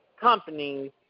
companies